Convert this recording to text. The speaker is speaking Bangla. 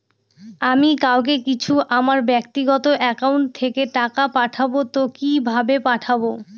আমি কাউকে কিছু আমার ব্যাক্তিগত একাউন্ট থেকে টাকা পাঠাবো তো কিভাবে পাঠাবো?